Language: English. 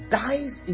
dies